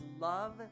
love